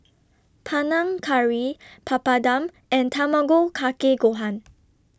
Panang Curry Papadum and Tamago Kake Gohan